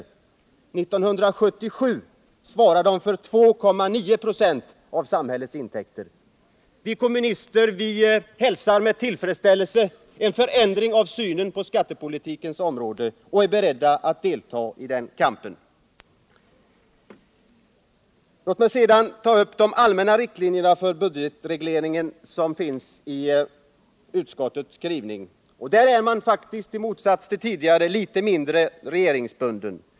År 1977 svarade de för 2,9 96 av samhällets intäkter. Vi kommunister hälsar med tillfredsställelse en förändring av synen på skattepolitikens område och är beredda att delta i den kampen. Låt mig sedan ta upp de allmänna riktlinjerna för budgetregleringen som återfinns i utskottsskrivningen. Den är faktiskt i motsats till tidigare litet mindre regeringsbunden.